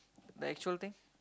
the actual thing